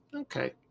Okay